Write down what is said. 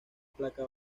placa